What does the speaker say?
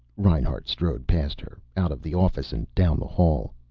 reinhart strode past her, out of the office and down the hall.